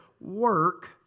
work